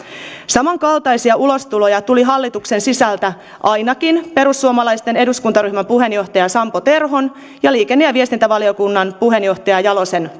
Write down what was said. samankaltaisia ulostuloja tuli hallituksen sisältä ainakin perussuomalaisten eduskuntaryhmän puheenjohtaja sampo terhon ja liikenne ja viestintävaliokunnan puheenjohtaja jalosen